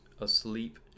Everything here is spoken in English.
asleep